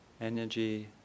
energy